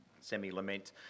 semi-lament